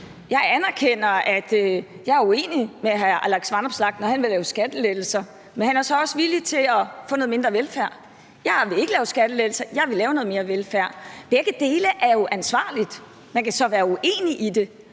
Jeg anerkender, at jeg er uenig med hr. Alex Vanopslagh, når han vil lave skattelettelser, men han er så også villig til at få noget mindre velfærd. Jeg vil ikke lave skattelettelser, jeg vil lave noget mere velfærd. Begge dele er jo ansvarligt. Man kan så være uenig i det.